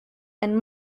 and